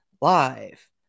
Live